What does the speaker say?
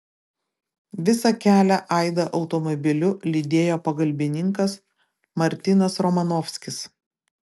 visą kelią aidą automobiliu lydėjo pagalbininkas martinas romanovskis